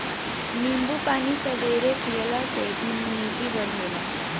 नींबू पानी सबेरे पियला से इमुनिटी बढ़ेला